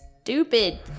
Stupid